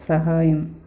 సహాయం